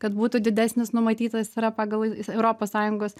kad būtų didesnis numatytas yra pagal europos sąjungos